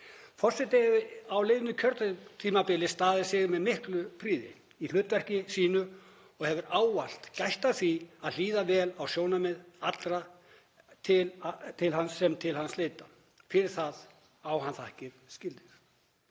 Forseti hefur á liðnu kjörtímabili staðið sig með mikilli prýði í hlutverki sínu og hefur ávallt gætt að því að hlýða vel á sjónarmið allra er til hans leita. Fyrir það á hann þakkir skilið.